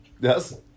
Yes